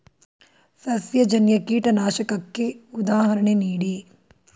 ಸಸ್ಯಜನ್ಯ ಕೀಟನಾಶಕಕ್ಕೆ ಉದಾಹರಣೆ ನೀಡಿ?